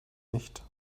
nicht